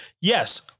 Yes